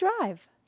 Drive